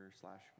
slash